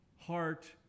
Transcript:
heart